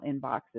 inboxes